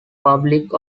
public